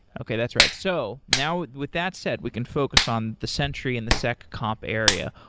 okay, that's right. so now wit that said, we can focus on the sentry and the sec comp area.